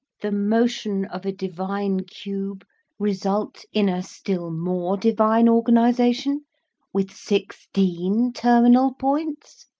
the motion of a divine cube result in a still more divine organization with sixteen terminal points?